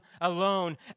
alone